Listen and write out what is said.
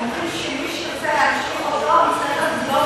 הם אומרים שמי שירצה להמשיך אותו יצטרך,